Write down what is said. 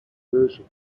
version